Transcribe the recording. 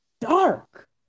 dark